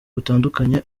butandukanye